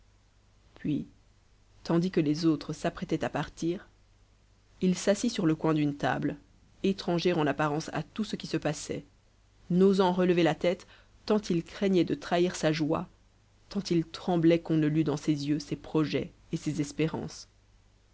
puis tandis que les autres s'apprêtaient à partir il s'assit sur le coin d'une table étranger en apparence à tout ce qui se passait n'osant relever la tête tant il craignait de trahir sa joie tant il tremblait qu'on ne lût dans ses yeux ses projets et ses espérances